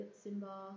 Simba